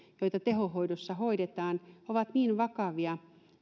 joita tehohoidossa hoidetaan ovat niin vakavia